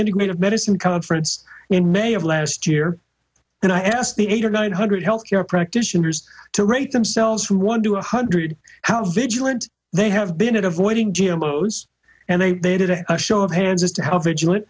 integrative medicine conference in may of last year and i asked the eight or nine hundred health care practitioners to rate themselves from one to one hundred how vigilant they have been at avoiding jimbo's and they they did a show of hands as to how vigilant